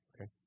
Okay